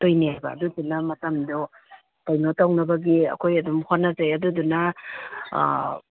ꯑꯗꯨꯗꯨꯅ ꯃꯇꯝꯗꯣ ꯀꯩꯅꯣ ꯇꯧꯅꯕꯒꯤ ꯑꯩꯈꯣꯏ ꯑꯗꯨꯝ ꯍꯣꯠꯅꯖꯩ ꯑꯗꯨꯗꯨꯅ